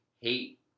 hate